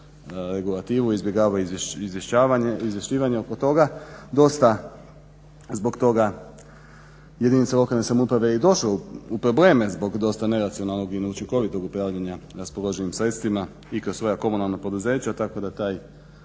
regulativu, izbjegavao izvješćivanje oko toga, dosta zbog toga jedinica lokalne samouprave je i došlo u probleme zbog dosta neracionalnog i neučinkovitog upravljanja raspoloživim sredstvima i kroz svoja komunalna poduzeća tako da taj